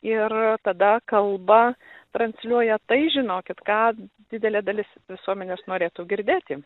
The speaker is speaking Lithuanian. ir tada kalba transliuoja tai žinokit ką didelė dalis visuomenės norėtų girdėti